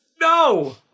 No